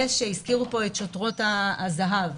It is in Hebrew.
הזכירו פה את שוטרות הזה"ב.